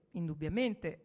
indubbiamente